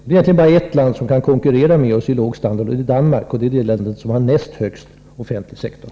Det är bara ett land som kan konkurrera med oss i fråga om vikande standard, och det är Danmark — det land som har näst störst offentlig sektor.